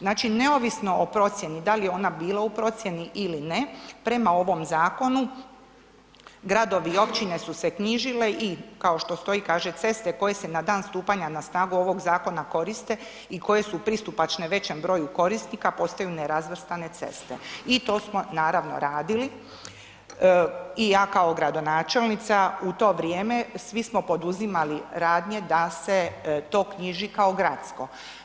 Znači, neovisno o procjeni da li je ona bila u procijeni ili ne, prema ovog zakonu gradovi i općine su se knjižile i kao što stoji kaže, ceste koje se na dan stupanja na snagu ovog zakona koriste i koje su pristupačne većem broju korisnika postaju nerazvrstane ceste i to smo naravno radili i ja kao gradonačelnica u to vrijeme svi smo poduzimali radnje da se to knjiži kao gradsko.